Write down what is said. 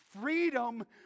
freedom